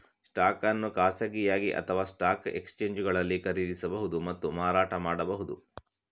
stock ಅನ್ನು ಖಾಸಗಿಯಾಗಿ ಅಥವಾಸ್ಟಾಕ್ ಎಕ್ಸ್ಚೇಂಜುಗಳಲ್ಲಿ ಖರೀದಿಸಬಹುದು ಮತ್ತು ಮಾರಾಟ ಮಾಡಬಹುದು